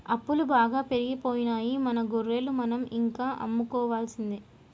అప్పులు బాగా పెరిగిపోయాయి మన గొర్రెలు మనం ఇంకా అమ్ముకోవాల్సిందే